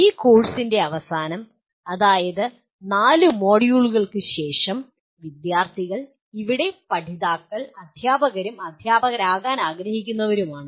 ഈ കോഴ്സിന്റെ അവസാനം അതായത് 4 മൊഡ്യൂളുകൾക്ക് ശേഷം വിദ്യാർത്ഥികൾ ഇവിടെ പഠിതാക്കൾ അധ്യാപകരും അധ്യാപകരാകാൻ ആഗ്രഹിക്കുന്നവരും ആണ്